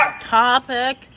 topic